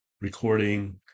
recording